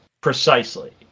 precisely